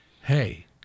Hey